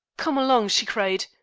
come along, she cried,